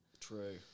True